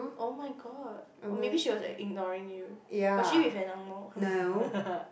oh-my-god or maybe she was like ignoring you but is she with a angmoh